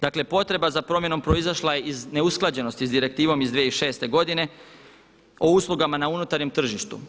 Dakle potreba za promjenom proizašla je iz neusklađenosti s direktivom iz 2006. godine o uslugama na unutarnjem tržištu.